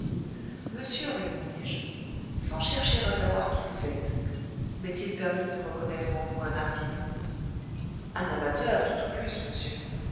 monsieur répondis-je sans chercher à savoir qui vous êtes m'est-il permis de reconnaître en vous un artiste un amateur tout au plus monsieur